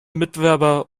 mitbewerber